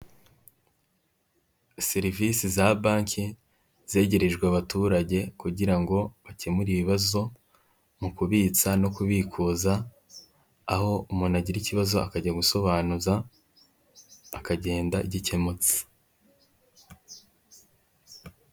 Serivisi za banki zegerejwe abaturage kugira ngo bakemure ibibazo, mu kubitsa no kubikuza, aho umuntu agira ikibazo akajya gusobanuza akagenda gikemutse.